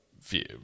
view